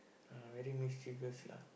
I very mischievous lah